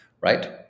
Right